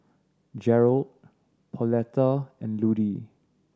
Jerrold Pauletta and Ludie